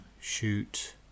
shoot